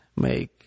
make